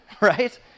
right